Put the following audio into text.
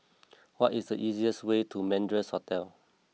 what is the easiest way to Madras Hotel